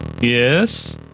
Yes